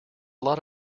lot